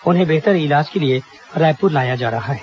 उन्हें बेहतर इलाज के लिए रायपुर लाया जा रहा है